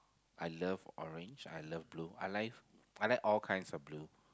I love orange I love blue I like I like all kinds of blue